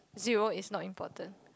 zero is not important